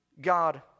God